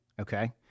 Okay